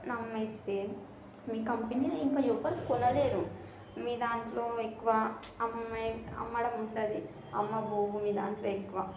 నమ్మేసి మీ కంపెనీలో ఇంకా ఎవరు కొనలేరు మీ దాంట్లో ఎక్కువ అమ్మే అమ్మడం ఉండదు అమ్మబోవు మీ దాంట్లో ఎక్కువ